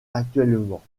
actuellement